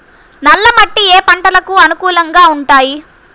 నల్ల మట్టి ఏ ఏ పంటలకు అనుకూలంగా ఉంటాయి?